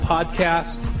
Podcast